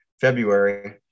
February